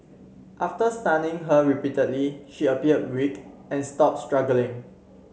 after stunning her repeatedly she appeared weak and stopped struggling